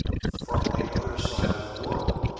from the other side of the world,